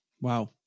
Wow